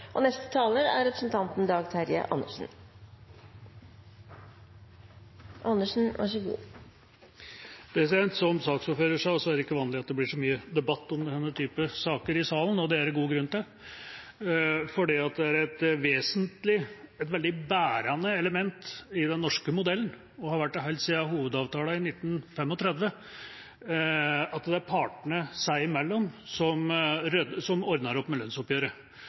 Som saksordføreren sa, er det ikke vanlig at det blir så mye debatt om denne typen saker i salen, og det er det god grunn til. Det er et vesentlig, et veldig bærende element i den norske modellen, og har vært det helt siden hovedavtalen i 1935, at det er partene seg imellom som ordner opp med lønnsoppgjøret,